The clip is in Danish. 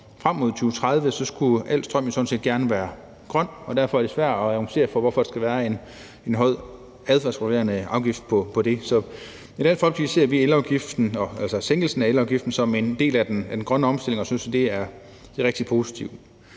frem mod 2030, skulle al strøm jo sådan set gerne være grøn, og derfor er det svært at argumentere for, hvorfor der skal være en høj adfærdsregulerende afgift på det. Så i Dansk Folkeparti ser vi sænkelsen af elafgiften som en del af den grønne omstilling og synes, at det er rigtig positivt.